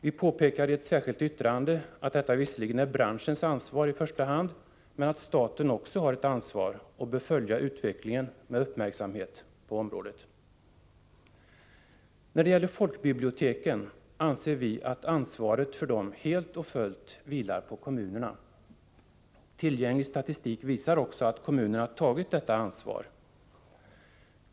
Vi påpekar i ett särskilt yttrande att detta visserligen är branschens ansvar i första hand men att staten också har ett ansvar och med uppmärksamhet bör följa utvecklingen på området. När det gäller folkbiblioteken anser vi att ansvaret för dem helt och fullt vilar på kommunerna. Tillgänglig statistik visar också att kommunerna har tagit detta ansvar.